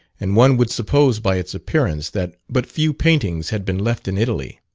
and one would suppose by its appearance that but few paintings had been left in italy.